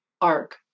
arc